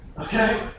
Okay